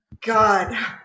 God